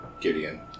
Gideon